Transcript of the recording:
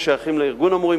ששייכים לארגון המורים,